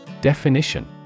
Definition